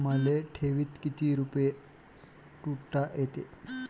मले ठेवीत किती रुपये ठुता येते?